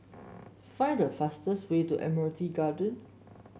find the fastest way to Admiralty Garden